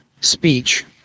speech